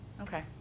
Okay